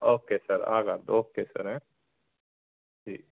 okay sir ਆ ਕਰ okay sir ਹੈਂ ਜੀ